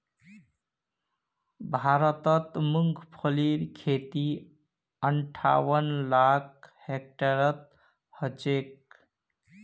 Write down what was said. भारतत मूंगफलीर खेती अंठावन लाख हेक्टेयरत ह छेक